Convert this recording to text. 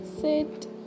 sit